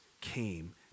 came